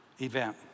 event